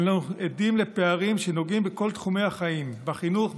אנו עדים לפערים שנוגעים בכל תחומי החיים: בחינוך,